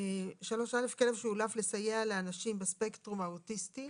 "(3א) כלב שאולף לסייע לאנשים בספקטרום האוטיסטי,